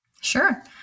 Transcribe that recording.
Sure